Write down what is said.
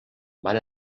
van